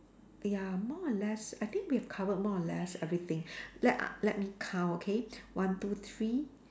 ya more or less I think we have covered more or less everything let uh let me count okay one two three